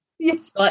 Yes